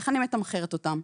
איך אני מתמחרת אותם?